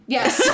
Yes